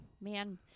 man